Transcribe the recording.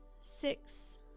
six